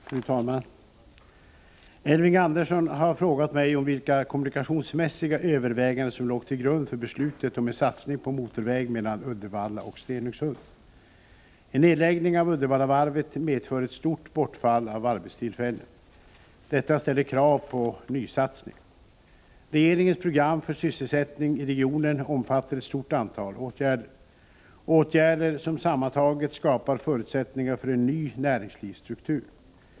Fru talman! Elving Andersson har frågat mig om vilka kommunikationsmässiga överväganden som låg till grund för beslutet om en satsning på motorväg mellan Uddevalla och Stenungsund. En nedläggning av Uddevallavarvet medför ett stort bortfall av arbetstillfällen. Detta ställer krav på nysatsningar. Regeringens program för sysselsättning i regionen omfattar ett stort antal åtgärder — åtgärder som sammantaget skapar förutsättningar för en ny näringslivsstruktur.